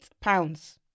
pounds